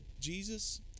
Jesus